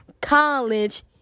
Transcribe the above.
college